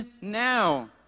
now